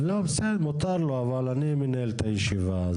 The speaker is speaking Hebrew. לא, מותר לו, אבל אני מנהל את הישיבה.